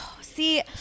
See